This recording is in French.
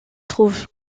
trouve